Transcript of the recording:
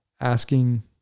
asking